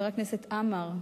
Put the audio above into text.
חבר הכנסת עמאר,